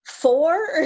Four